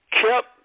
kept